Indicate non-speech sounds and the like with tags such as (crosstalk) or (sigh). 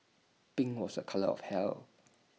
pink (noise) was A colour of health